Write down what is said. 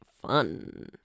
fun